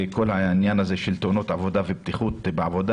ועל כל העניין הזה של תאונות עבודה ובטיחות בעבודה.